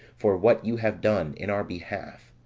for what you have done in our behalf.